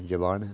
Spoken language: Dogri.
जबान है